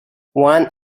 one